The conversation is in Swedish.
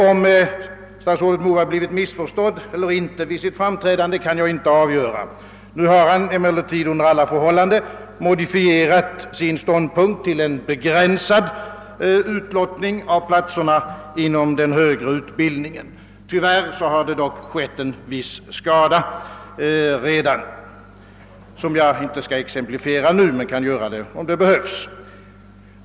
Om statsrådet Moberg blivit missförstådd eller inte vid sitt framträdande kan jag inte avgöra. Nu har han under alla förhållanden modifierat sin ståndpunkt till att gälla en begränsad utlottning av platserna inom den högre utbildningen. Tyvärr har dock redan en viss skada skett, som jag inte nu skall exemplifiera men som jag kan redogöra för om så skulle behövas.